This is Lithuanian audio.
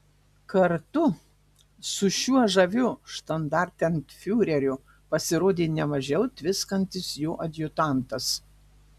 kartu su šiuo žaviu štandartenfiureriu pasirodė ne mažiau tviskantis jo adjutantas